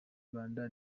rwanda